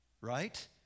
right